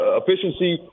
efficiency